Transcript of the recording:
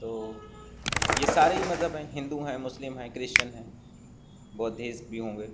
تو یہ سارے ہی مذہب ہیں ہندو ہیں مسلم ہیں کرسچن ہیں بودھزم بھی ہوں گے